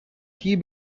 key